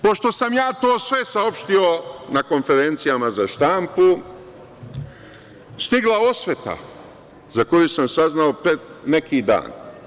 Pošto sam ja sve to saopštio na konferencijama za štampu, stigla osveta, za koju sam saznao pre neki dan.